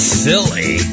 silly